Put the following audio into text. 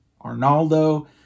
Arnaldo